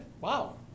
Wow